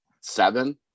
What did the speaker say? seven